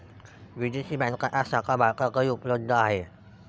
विदेशी बँकांच्या शाखा भारतातही उपलब्ध आहेत